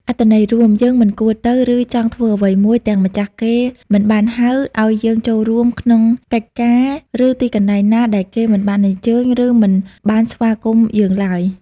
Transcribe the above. អត្ថន័យរួម យើងមិនគួរទៅ ឬ ចង់ធ្វើអ្វីមួយទាំងម្ចាស់គេមិនបានហៅឲ្យយើងចូលរួមក្នុងកិច្ចការ ឬទីកន្លែងណាដែលគេមិនបានអញ្ជើញ ឬមិនបានស្វាគមន៍យើងឡើយ។